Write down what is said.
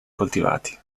coltivati